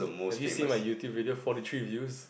have you seen my YouTube video forty three views